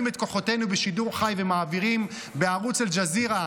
את כוחותינו בשידור חי ומעבירים בערוץ אל-ג'זירה,